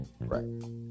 Right